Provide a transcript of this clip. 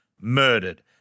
murdered